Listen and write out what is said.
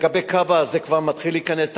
לגבי כב"א, זה כבר מתחיל להיכנס.